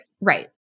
right